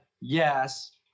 yes